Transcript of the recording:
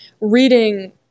reading